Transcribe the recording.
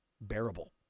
bearable